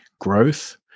growth